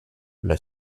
l’a